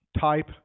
type